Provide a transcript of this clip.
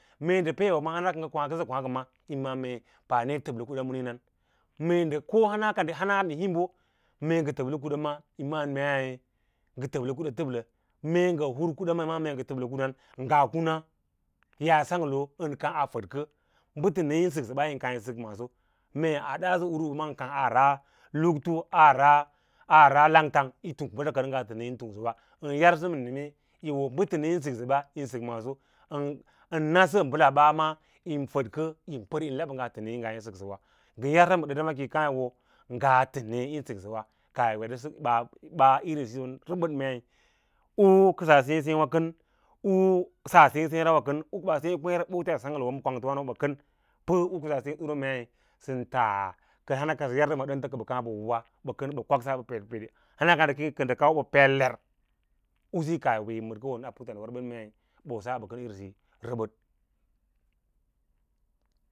peewa hana ka ngal kwaãkə kwakə ma yín maꞌa’ mee paane yi təblə kudan ma niĩna mee ndə ko hanaka ndə hana kan himbo mee ngə təblə kuda ma yi maꞌa’n meé ngə təblə kuda təblə murəkuda yi maꞌa’mee ngə təblə kudan ngaa kuna yas sanglo ən kaã a fədkə, bə yene kyaa sək ɓa yin kaã yi sə maaso mee a daasuduru ən kaã a ra hurtu aa ra langtang yi tung bəsa kən ngaa təne yin tungsəwa ən yərsə ma neme yí wo bə təne yín səksə ɓa yín sək maaso ən na sə bəlaɓa ma yin fədkə yín pər yi lab ngaa təne ngaa yin səksəwa ngən yarsəma ɗənɗa ma ki yi kaã yi wo ngaa təne yín səksəwa, kaahyi wee yísə ɓaa irín siya wam rəbəd mei u kəsaa seẽ seẽ kən u saa sěě sěě ra kən u kə baa sěě kwěe̍re ɓose a ɗang lo ma kwangto wâno ɓawa bə kən pə u kəsas seẽ durwa mei sən taa hana kasə yar ma ɗənta kə ɓaa wowa bə kən ɓə kwakso pee pee hana kən ndə kau ma bə pelev u siyo kaah yi werkən mei ɓosa bəkən a puttǎǎdiwa maa nbəd.